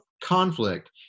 conflict